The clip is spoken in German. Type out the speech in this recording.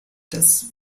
das